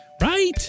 Right